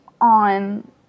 on